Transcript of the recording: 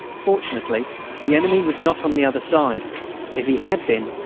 fortunately the enemy was not on the other side if he had been,